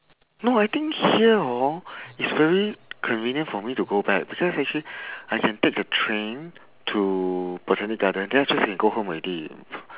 no I think here hor is very convenient for me to go back because actually I can take the train to botanic gardens then I just can go home already